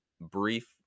brief